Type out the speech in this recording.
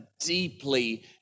deeply